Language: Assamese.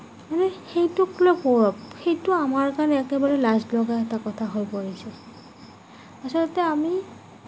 সেইটোক লৈ গৌৰৱ সেইটো আমাৰ কাৰণে একেবাৰে লাজ লগা এটা কথা হৈ পৰিছে আচলতে আমি